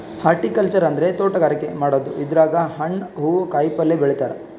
horticulture ಅಂದ್ರ ತೋಟಗಾರಿಕೆ ಮಾಡದು ಇದ್ರಾಗ್ ಹಣ್ಣ್ ಹೂವಾ ಕಾಯಿಪಲ್ಯ ಬೆಳಿತಾರ್